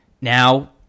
now